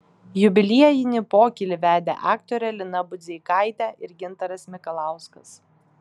jubiliejinį pokylį vedė aktorė lina budzeikaitė ir gintaras mikalauskas